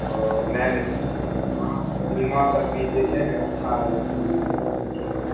ओ नहि नहि भीमासभ भी जे छै नऽ अच्छा यऽ जेकि घुमयके लिए